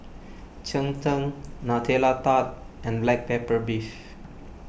Cheng Tng Nutella Tart and Black Pepper Beef